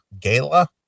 gala